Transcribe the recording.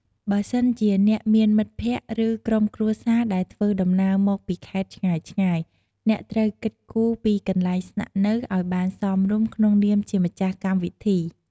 បើសិនជាអ្នកមានមិត្តភក្តិ ឬក្រុមគ្រួសារដែលធ្វើដំណើរមកពីខេត្តឆ្ងាយៗ អ្នកត្រូវគិតគូរពីកន្លែងស្នាក់នៅឱ្យបានសមរម្យក្នុងនាមជាម្ចាស់កម្មវិធី។